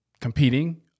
competing